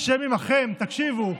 ה' עימכם, תקשיבו,